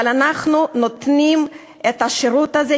אבל אנחנו נותנים את השירות הזה.